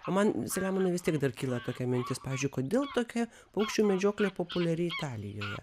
o man selemonai vis tiek dar kyla tokia mintis pavyzdžiui kodėl tokia paukščių medžioklė populiari italijoje